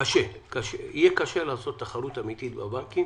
בכלל, כל החודש הזה ועדת הכלכלה עבדה,